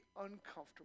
uncomfortable